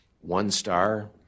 one-star